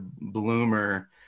bloomer